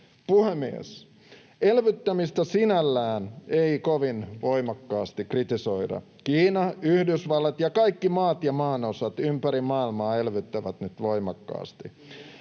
Puhemies! Elvyttämistä sinällään ei kovin voimakkaasti kritisoida. Kiina, Yhdysvallat ja kaikki maat ja maanosat ympäri maailmaa elvyttävät nyt voimakkaasti.